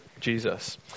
Jesus